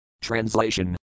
Translation